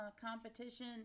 competition